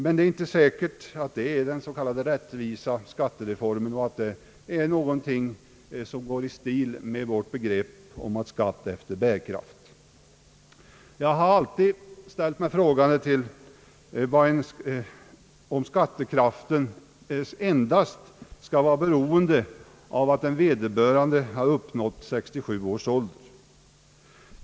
Det är dock inte säkert att detta är den s.k. rättvisa skattereformen, eller att det är någonting som går i stil med våra begrepp om skatt efter bärkraft. Jag har alltid ställt mig frågande till den inställningen, att skattekraften skall vara beroende av att vederbörande har uppnått 67 års ålder.